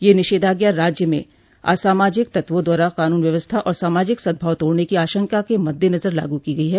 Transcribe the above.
यह निषेधाज्ञा राज्य में असामाजिक तत्वों द्वारा कानून व्यवस्था और सामाजिक सद्भाव तोड़ने की आशंका के मद्देनजर लागू की गई है